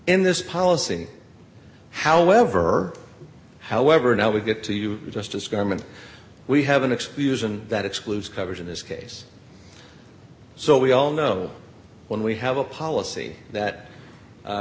in this policy however however now we get to you just as government we have an excuse and that excludes coverage in this case so we all know when we have a policy that